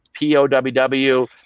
POWW